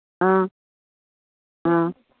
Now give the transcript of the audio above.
ꯑꯥ ꯑꯥ